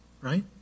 right